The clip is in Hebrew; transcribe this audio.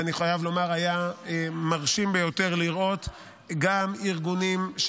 ואני חייב לומר שהיה מרשים ביותר לראות גם ארגוני